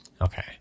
Okay